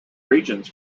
regions